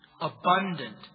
abundant